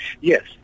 Yes